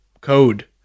code